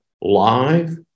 live